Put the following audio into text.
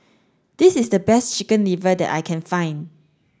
this is the best chicken liver that I can find